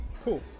Cool